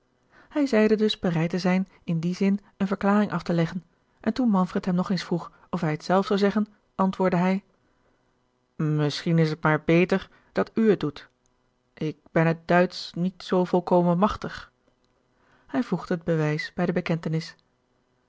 hij zeide dus bereid te zijn in dien zin eene verklaring af te leggen en toen manfred hem nog eens vroeg of hij het zelf zou zeggen antwoordde hij misschien is t maar beter dat u het doet ik ben het duitsch niet zoo volkomen machtig hij voegde het bewijs bij de bekentenis